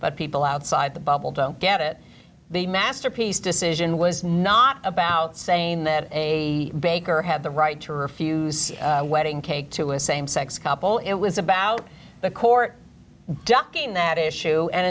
but people outside the bubble don't get it the masterpiece decision was not about saying that a baker had the right to refuse wedding cake to a same sex couple it was about the court ducking that issue and